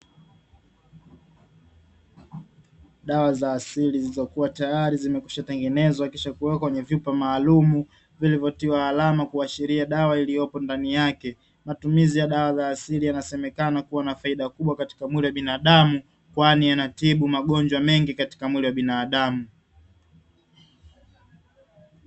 Dawa za asili zilizokuwa tayari zimekwishatengenezwa kisha kuwekwa kwenye vyupa maalumu, vilivyotiwa alama kuashiria dawa, iliyopo ndani yake. Matumizi ya dawa za asili yanasemekana kuwa na faida kubwa katika mwili wa binadamu, kwani yanatibu magonjwa mengi katika mwili wa binadamu.